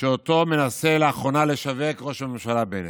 שאותו מנסה לאחרונה לשווק ראש הממשלה בנט.